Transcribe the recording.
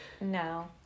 No